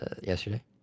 yesterday